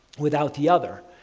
without the other,